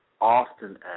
often